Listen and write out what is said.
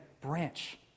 branch